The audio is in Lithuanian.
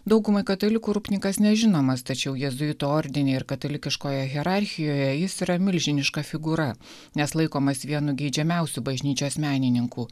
daugumai katalikų rupnikas nežinomas tačiau jėzuitų ordine ir katalikiškoje hierarchijoje jis yra milžiniška figūra nes laikomas vienu geidžiamiausių bažnyčios menininkų